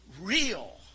real